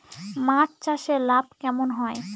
মাছ চাষে লাভ কেমন হয়?